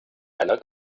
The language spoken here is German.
einer